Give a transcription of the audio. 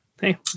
hey